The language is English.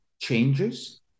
changes